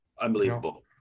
Unbelievable